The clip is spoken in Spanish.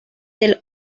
del